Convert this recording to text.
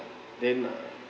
then uh